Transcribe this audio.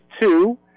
two